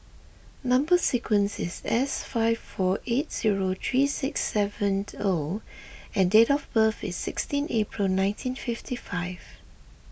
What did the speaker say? Number Sequence is S five four eight zero three six seven O and date of birth is sixteen April nineteen fifty five